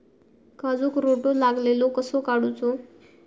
काजूक रोटो लागलेलो कसो काडूचो?